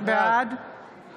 בעד